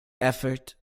effort